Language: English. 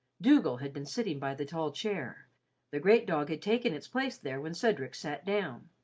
dougal had been sitting by the tall chair the great dog had taken its place there when cedric sat down.